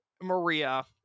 maria